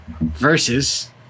versus